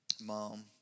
Mom